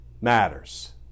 matters